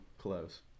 close